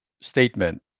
statement